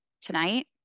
tonight